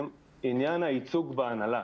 תראו את עניין הייצוג בהנהלה.